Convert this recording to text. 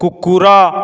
କୁକୁର